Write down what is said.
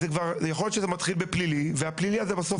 אז יכול להיות שזה מתחיל בפלילי והפלילי הזה בסוף